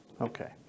Okay